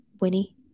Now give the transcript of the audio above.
Winnie